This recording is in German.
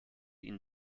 ihn